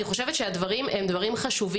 אני חושבת שהדברים שהיא מעלה פה הם דברים חשובים.